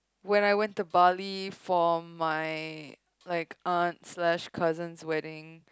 when I went to Bali for my like aunt slash cousin's wedding